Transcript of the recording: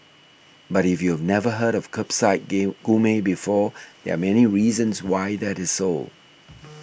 but if you've never heard of Kerbside Gourmet before there are many reasons why that is so